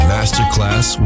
Masterclass